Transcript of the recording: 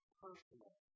personal